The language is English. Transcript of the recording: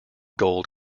gold